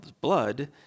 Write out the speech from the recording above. blood